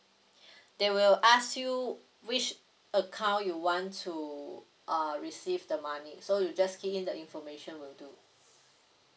they will ask you which account you want to uh receive the money so you just key in the information will do